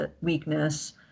weakness